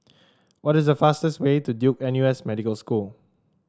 what is the fastest way to Duke N U S Medical School